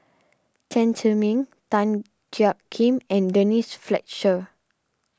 Chen Zhiming Tan Jiak Kim and Denise Fletcher